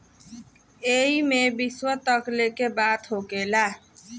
एईमे विश्व तक लेके बात होखेला